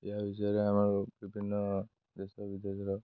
ଏହା ବିଷୟରେ ଆମର ବିଭିନ୍ନ ଦେଶ ବିଦେଶର